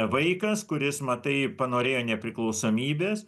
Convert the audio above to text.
vaikas kuris matai panorėjo nepriklausomybės